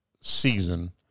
season